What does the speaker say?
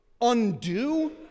undo